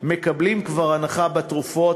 מקבלים כבר הנחה בתרופות,